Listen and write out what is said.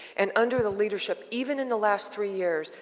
and under the leadership, even in the last three years,